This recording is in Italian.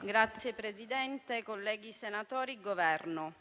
Signor Presidente, colleghi senatori, Governo,